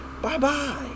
Bye-bye